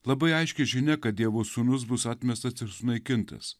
labai aiški žinia kad dievo sūnus bus atmestas ir sunaikintas